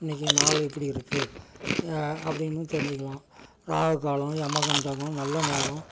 இன்னிக்கி நாள் எப்படி இருக்குது அப்படினு தெரிஞ்சிக்கலாம் ராகு காலம் எமகண்டமும் நல்ல நேரம்